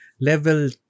level